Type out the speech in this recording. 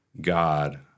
God